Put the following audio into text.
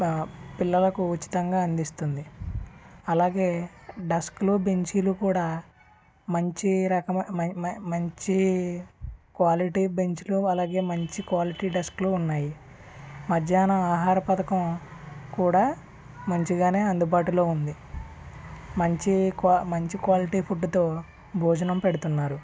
పిల్లలకు ఉచితంగా అందిస్తుంది అలాగే డస్క్లు బెంచీలు కూడా మంచి రకమై మై మై మంచి క్వాలిటీ బెంచులు అలాగే మంచి క్వాలిటీ డస్క్లు ఉన్నాయి మధ్యాహ్నం ఆహార పథకం కూడా మంచిగానే అందుబాటులో ఉంది మంచి క్వా మంచి క్వాలిటీ ఫుడ్డుతో భోజనం పెడుతున్నారు